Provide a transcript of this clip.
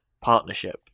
partnership